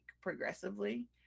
progressively